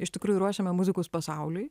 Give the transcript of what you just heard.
iš tikrųjų ruošiame muzikus pasauliui